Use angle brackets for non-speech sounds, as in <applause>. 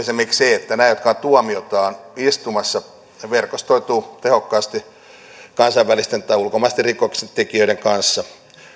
<unintelligible> se että nämä jotka ovat tuomiotaan istumassa verkostoituvat tehokkaasti kansainvälisten tai ulkomaisten rikoksentekijöiden kanssa